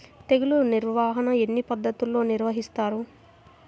తెగులు నిర్వాహణ ఎన్ని పద్ధతుల్లో నిర్వహిస్తారు?